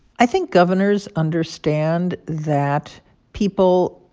i think governors understand that people,